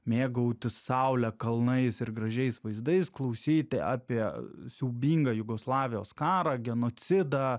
mėgautis saule kalnais ir gražiais vaizdais klausyti apie siaubingą jugoslavijos karą genocidą